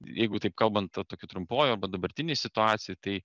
jeigu taip kalbant ta tokiu trumpuoju arba dabartinėj situacijoj tai